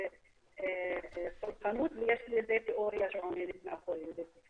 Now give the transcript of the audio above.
זה סובלנות ויש לזה תיאוריה שעומדת מאחורי זה.